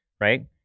right